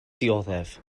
dioddef